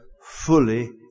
fully